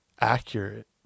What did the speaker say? accurate